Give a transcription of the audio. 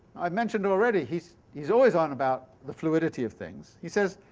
i've mentioned already, he's he's always on about the fluidity of things. he says